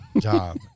Job